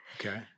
Okay